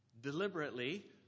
deliberately